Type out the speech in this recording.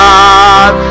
God